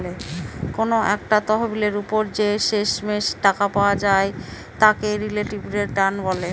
কোনো একটা তহবিলের ওপর যে শেষমেষ টাকা পাওয়া যায় তাকে রিলেটিভ রিটার্ন বলে